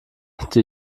die